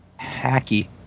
hacky